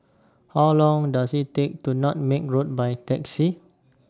How Long Does IT Take to get to Nutmeg Road By Taxi